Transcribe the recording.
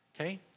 okay